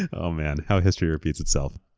and oh man, how history repeats itself.